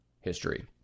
history